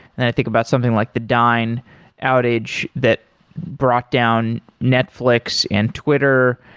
then i think about something like the dyn outage that brought down netflix and twitter.